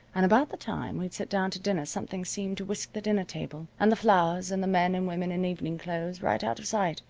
and about the time we'd sit down to dinner something seemed to whisk the dinner table, and the flowers, and the men and women in evening clothes right out of sight,